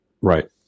right